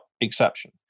exception